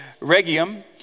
Regium